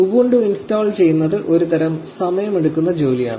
Ubuntu install ചെയ്യുന്നത് ഒരു തരം സമയമെടുക്കുന്ന ജോലിയാണ്